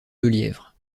lelièvre